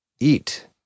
Eat